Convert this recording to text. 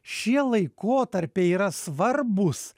šie laikotarpiai yra svarbūs